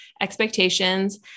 expectations